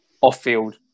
off-field